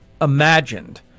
imagined